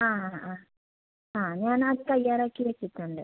ആ ആ ആ ഞാൻ അത് തയ്യാറാക്കി വെച്ചിട്ടുണ്ട്